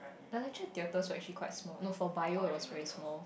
the lecturer is the author leh she's quite small not for Bio it was very small